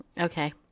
okay